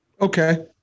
Okay